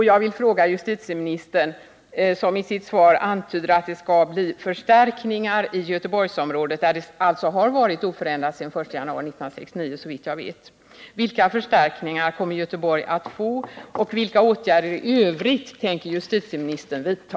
Jag vill fråga justitieministern, som i sitt svar antyder att det skall bli förstärkningar i Göteborgsområdet, där, såvitt jag vet, styrkan har varit oförändrad sedan den 1 januari 1969: Vilka förstärkningar kommer Göteborg att få, och vilka åtgärder i övrigt tänker justitieministern vidta?